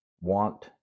want